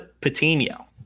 Patino